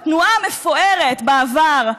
התנועה המפוארת בעבר,